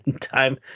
time